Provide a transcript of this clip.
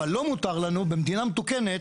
אבל לא מותר לנו במדינה מתוקנת,